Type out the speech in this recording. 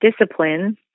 Discipline